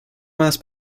mass